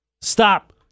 Stop